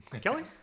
Kelly